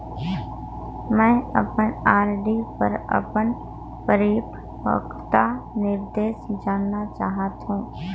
मैं अपन आर.डी पर अपन परिपक्वता निर्देश जानना चाहत हों